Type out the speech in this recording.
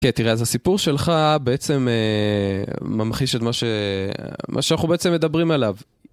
כן, תראה, אז הסיפור שלך בעצם ממחיש את מה ש... את מה שאנחנו בעצם מדברים עליו.